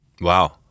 Wow